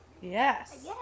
Yes